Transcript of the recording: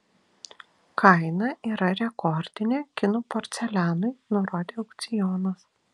kaina yra rekordinė kinų porcelianui nurodė aukcionas